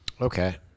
Okay